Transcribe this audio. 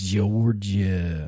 Georgia